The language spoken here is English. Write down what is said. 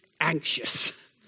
anxious